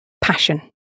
passion